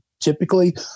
Typically